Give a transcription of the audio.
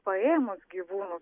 paėmus gyvūnus